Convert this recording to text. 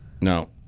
No